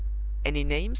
any name, sir?